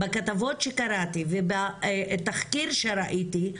בכתבות שקראתי ובתחקיר שראיתי,